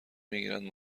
میگیرند